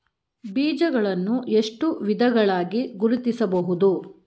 ಬೀಜಗಳನ್ನು ಎಷ್ಟು ವಿಧಗಳಾಗಿ ಗುರುತಿಸಬಹುದು?